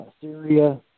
Syria